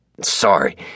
Sorry